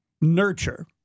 nurture